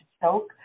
choke